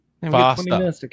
Faster